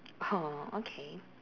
oh okay